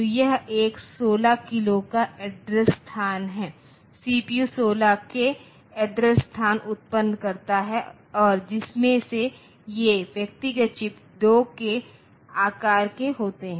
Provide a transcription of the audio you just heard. तो यह एक 16 किलो का एड्रेस स्थान है सीपीयू 16 k एड्रेस स्थान उत्पन्न करता है और जिसमें से ये व्यक्तिगत चिप्स 2 k आकार के होते हैं